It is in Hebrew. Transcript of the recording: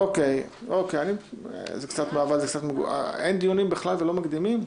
אין דיונים בכלל ולא מקדימים?